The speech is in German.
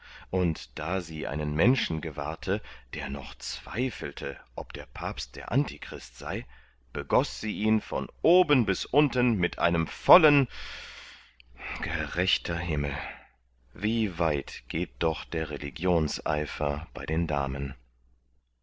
und da sie einen menschen gewahrte der noch zweifelte ob der papst der antichrist sei begoß sie ihn von oben bis unten mit einem vollen gerechter himmel wie weit geht doch der religionseifer bei den damen